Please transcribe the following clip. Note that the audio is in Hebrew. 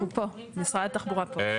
משרד התחבורה פה.